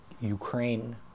Ukraine